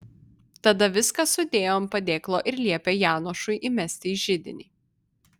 tada viską sudėjo ant padėklo ir liepė janošui įmesti į židinį